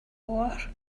war